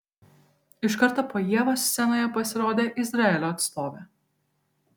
iš karto po ievos scenoje pasirodė izraelio atstovė